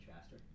faster